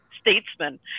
statesman